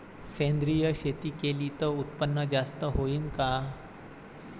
सेंद्रिय शेती केली त उत्पन्न जास्त होईन का?